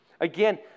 Again